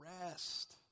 rest